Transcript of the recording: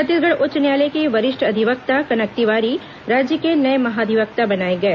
छत्तीसगढ़ उच्च न्यायालय के वरिष्ठ अधिवक्ता कनक तिवारी राज्य के नए महाधिवक्ता बनाए गए